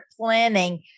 planning